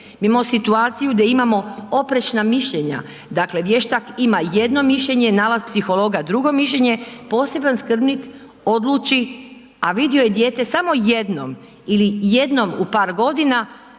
Imamo situaciju da imamo oprečna mišljenja, dakle vještak ima jedno mišljenje, nalaz psihologa drugo mišljenje, poseban skrbnik odluči a vidio je dijete samo jednom ili jednom u par godina,